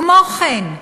כמו כן,